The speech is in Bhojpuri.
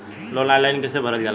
लोन ऑनलाइन कइसे भरल जाला?